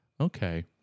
Okay